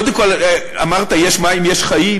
קודם כול, אמרת: יש מים, יש חיים.